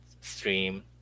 stream